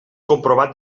comprovat